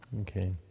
Okay